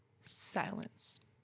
silence